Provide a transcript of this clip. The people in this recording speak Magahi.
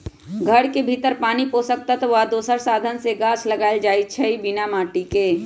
घर के भीतर पानी पोषक तत्व आ दोसर साधन से गाछ लगाएल जाइ छइ बिना माटिके